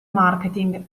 marketing